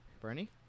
Bernie